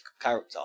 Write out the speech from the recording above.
character